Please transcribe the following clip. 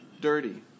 dirty